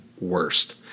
worst